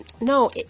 No